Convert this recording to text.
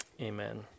amen